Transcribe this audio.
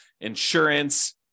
insurance